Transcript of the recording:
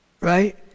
right